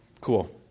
cool